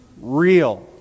real